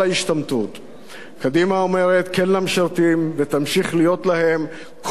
קדימה אומרת כן למשרתים ותמשיך להיות להם קול בבית הזה.